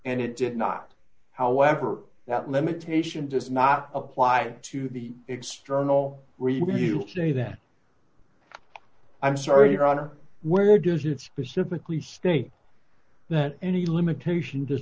and it did not however that limitation does not apply to the external review see that i'm sorry your honor where does it specifically state that any limitation does